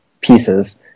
pieces